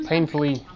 painfully